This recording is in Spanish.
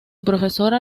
profesora